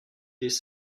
des